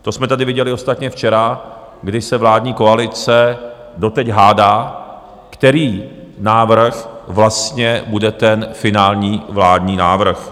To jsme tady viděli ostatně včera, kdy se vládní koalice doteď hádá, který návrh vlastně bude ten finální vládní návrh.